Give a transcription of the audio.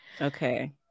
okay